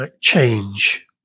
change